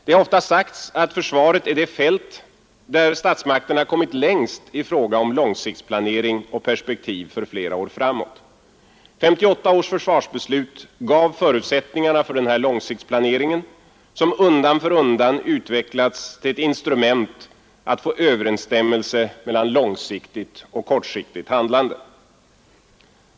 Det har ofta sagts att försvaret är det fält där statsmakterna kommit längst i fråga om långsiktsplanering med perspektiv för flera år framåt. 1958 års försvarsbeslut gav förutsättningarna för den här långsiktsplaneringen, som undan för undan utvecklats till ett instrument att få överensstämmelse mellan långsiktigt och kortsiktigt handlande.